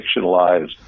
fictionalized